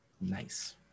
Nice